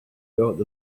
thought